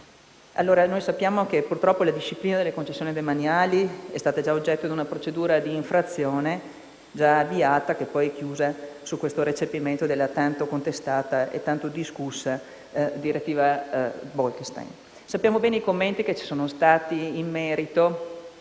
rinnovo. Noi sappiamo che - purtroppo - la disciplina delle concessioni demaniali è stata già oggetto di una procedura di infrazione avviata e chiusa con il recepimento della tanto contestata e discussa direttiva Bolkestein. Conosciamo bene i commenti che ci sono stati in merito